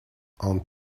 aunt